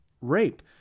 rape